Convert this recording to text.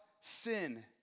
sin